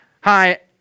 hi